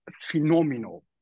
phenomenal